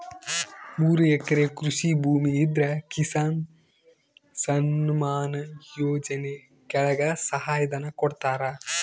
ಮೂರು ಎಕರೆ ಕೃಷಿ ಭೂಮಿ ಇದ್ರ ಕಿಸಾನ್ ಸನ್ಮಾನ್ ಯೋಜನೆ ಕೆಳಗ ಸಹಾಯ ಧನ ಕೊಡ್ತಾರ